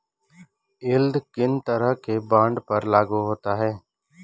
Yield किन तरह के बॉन्ड पर लागू होता है?